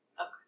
Okay